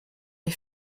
les